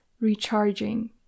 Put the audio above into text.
recharging